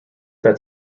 that